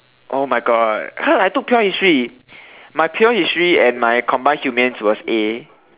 oh my God I took pure history my pure history and my combined humans was A